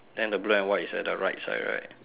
then the blue and white is at the right side right